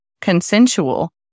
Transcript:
consensual